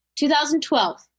2012